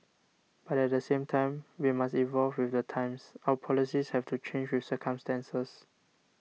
but at the same time we must evolve with the times our policies have to change with circumstances